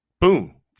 boom